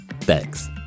Thanks